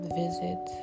visit